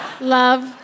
Love